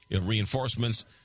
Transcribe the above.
reinforcements